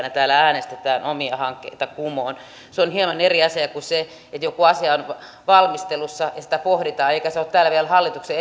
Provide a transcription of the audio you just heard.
ja täällä äänestetään omia hankkeita kumoon se on hieman eri asia kuin se että joku asia on valmistelussa ja sitä pohditaan eikä se ole täällä vielä hallituksen